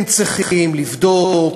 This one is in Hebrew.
הם צריכים לבדוק,